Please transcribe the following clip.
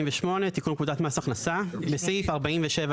תיקון פקודת מס הכנסה 48. בסעיף 47א